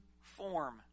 form